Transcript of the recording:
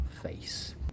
face